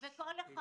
כל אחד